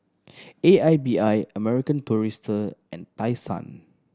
A I B I American Tourister and Tai Sun